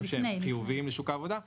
שהם חיוביים לשוק העבודה -- לפני,